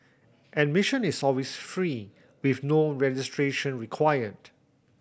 admission is always free with no registration required